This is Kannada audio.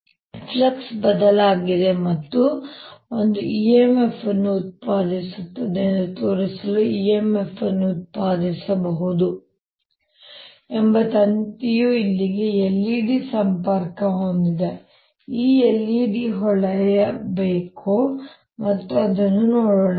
ಮತ್ತೆ ಫ್ಲಕ್ಸ್ ಬದಲಾಗಲಿದೆ ಮತ್ತು ಅದು ಒಂದು em f ಅನ್ನು ಉತ್ಪಾದಿಸುತ್ತದೆ ಎಂದು ತೋರಿಸಲು em f ಅನ್ನು ಉತ್ಪಾದಿಸಬೇಕು ಎಂದು ತಂತಿಯು ಇಲ್ಲಿಗೆ LED ಸಂಪರ್ಕ ಹೊಂದಿದೆ ಮತ್ತು ಈ LED ಹೊಳೆಯಬೇಕು ಮತ್ತು ಅದನ್ನು ನೋಡೋಣ